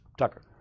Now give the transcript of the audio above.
Tucker